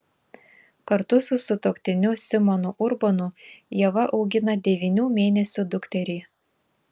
kartu su sutuoktiniu simonu urbonu ieva augina devynių mėnesių dukterį